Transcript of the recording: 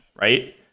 right